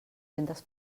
centes